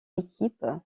équipe